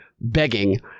begging